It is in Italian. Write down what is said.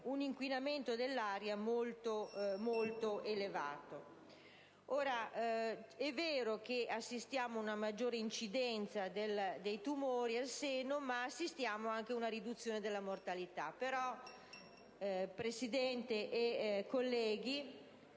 di inquinamento dell'aria molto elevati. Se è vero che assistiamo oggi ad una maggior incidenza dei tumori al seno, si registra però anche una riduzione della mortalità. Signor Presidente, colleghi,